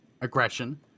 aggression